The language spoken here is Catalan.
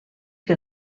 que